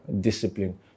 discipline